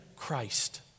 Christ